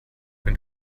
wenn